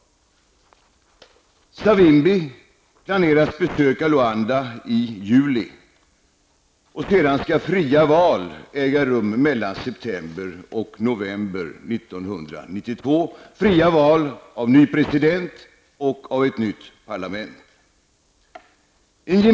Savimbi planerar att besöka Luanda i juli. Sedan skall fria val äga rum mellan september och november 1992, fria val av en ny president och ett nytt parlament.